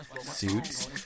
suits